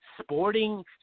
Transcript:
sporting